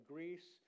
Greece